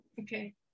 Okay